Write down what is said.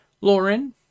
Lauren